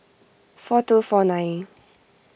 four two four nine